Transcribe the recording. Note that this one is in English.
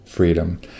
freedom